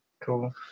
Cool